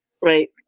right